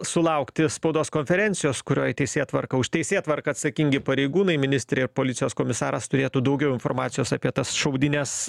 sulaukti spaudos konferencijos kurioj teisėtvarka už teisėtvarką atsakingi pareigūnai ministrė ir policijos komisaras turėtų daugiau informacijos apie tas šaudynes